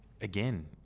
again